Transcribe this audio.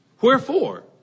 Wherefore